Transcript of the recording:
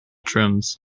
trims